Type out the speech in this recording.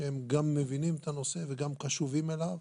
שגם מבינים את הנושא וגם קשובים אליו,